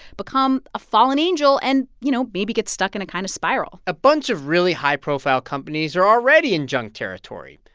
become a fallen angel and, you know, maybe get stuck in a kind of spiral a bunch of really high-profile companies are already in junk territory.